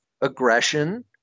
aggression